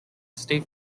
state